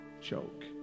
joke